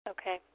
Okay